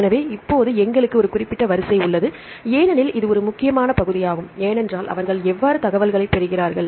எனவே இப்போது எங்களுக்கு ஒரு குறிப்பு உள்ளது ஏனெனில் இது ஒரு முக்கியமான பகுதியாகும் ஏனென்றால் அவர்கள் எவ்வாறு தகவல்களைப் பெறுகிறார்கள்